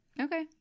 okay